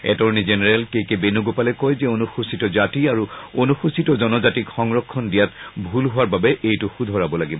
attorney general K K বেণুগোপালে কয় যে অনুসূচিত জাতি আৰু অনুসূচিত জনজাতিক সংৰক্ষণ দিয়াত ভুল হোৱাৰ বাবে এইটো শুধৰাব লাগিব